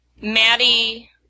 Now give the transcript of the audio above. Maddie